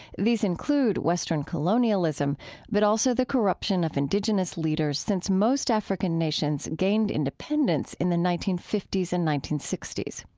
these include western colonialism but also the corruption of indigenous leaders since most african nations gained independence in the nineteen fifty s and nineteen sixty s.